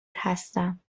هستم